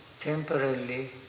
temporarily